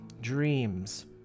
dreams